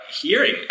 hearing